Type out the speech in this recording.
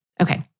Okay